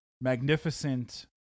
magnificent